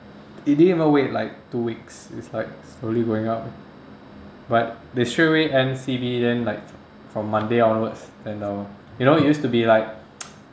it didn't even wait like two weeks it's like slowly going up like they straightaway end C_B then like from monday onwards then the you know it used to be like